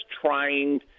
trying